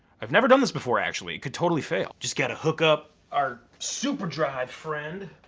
i've never done this before actually. it could totally fail. just gotta hook up our superdrive friend.